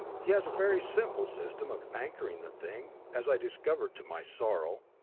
he has a very simple system of anchoring the thing, as i discovered to my sorrow.